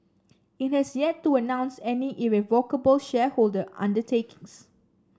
it has yet to announce any irrevocable shareholder undertakings